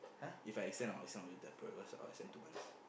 If I extend I will extend until because I will extend two months